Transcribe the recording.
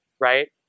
right